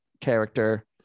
character